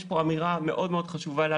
יש לנו כמדינה אמירה מאוד מאוד חשובה פה,